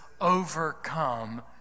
overcome